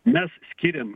mes skiriam